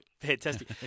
Fantastic